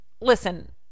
Listen